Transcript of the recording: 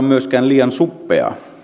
myöskään olla liian suppeaa